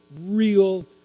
real